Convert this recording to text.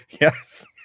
Yes